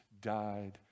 died